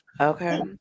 Okay